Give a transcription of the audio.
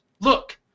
Look